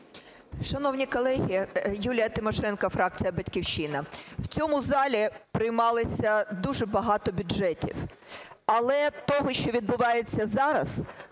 Шановні колеги! Юлія Тимошенко, фракція "Батьківщина". У цьому залі приймалися дуже багато бюджетів, але того, що відбувається зараз,